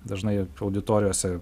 dažnai ir auditorijose